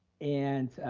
and